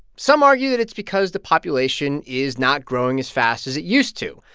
some argue that it's because the population is not growing as fast as it used to,